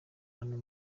bantu